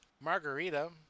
margarita